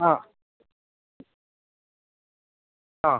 ആ ആ